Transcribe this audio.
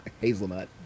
Hazelnut